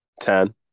ten